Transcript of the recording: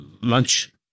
lunch